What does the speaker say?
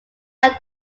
out